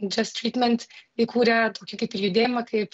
džast trytment įkūrė tokį kaip ir judėjimą kaip